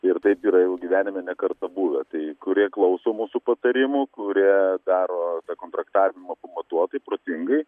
ir taip yra jau gyvenime ne kartą būvę tai kurie klauso mūsų patarimų kurie daro kontraktavimą pamatuotai protingai